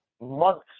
months